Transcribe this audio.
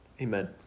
Amen